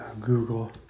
Google